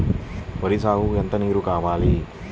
వరి సాగుకు ఎంత నీరు కావాలి?